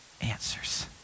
answers